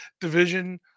division